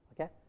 okay